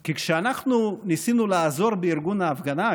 כי כשאנחנו ניסינו לעזור בארגון ההפגנה,